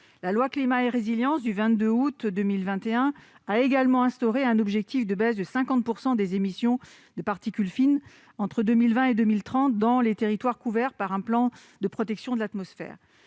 La loi Climat et résilience du 22 août 2021 a également instauré un objectif de baisse de 50 % des émissions de particules fines entre 2020 et 2030 dans les territoires couverts par un plan de protection de l'atmosphère,